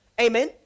Amen